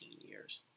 years